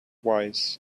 wise